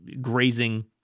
grazing